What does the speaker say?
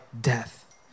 death